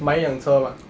买一辆车吗